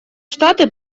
штаты